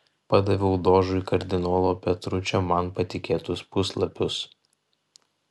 padaviau dožui kardinolo petručio man patikėtus puslapius